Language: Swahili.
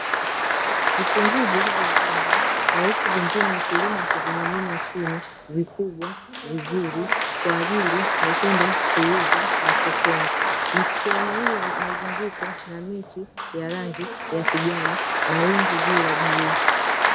Vitunguu vilivyovunwa na huku vingine mkulima akivimimina chini, vikubwa, vizuri kwa ajili ya kwenda kuuza masokoni. Sehemu hiyo imezungukwa na miti ya rangi ya kijani na wingu juu la bluu.